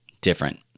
Different